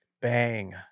BANG